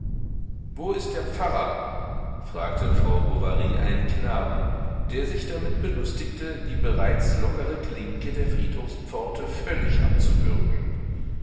wo ist der pfarrer fragte frau bovary einen knaben der sich damit belustigte die bereits lockere klinke der friedhofspforte völlig abzuwürgen